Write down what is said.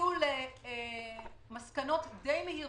והגיעו למסקנות מהירות למדי.